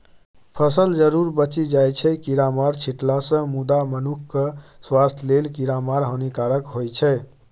फसल जरुर बचि जाइ छै कीरामार छीटलासँ मुदा मनुखक स्वास्थ्य लेल कीरामार हानिकारक होइ छै